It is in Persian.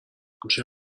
میشه